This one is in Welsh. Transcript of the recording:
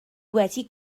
wedi